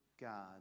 God